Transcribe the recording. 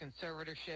conservatorship